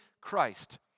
Christ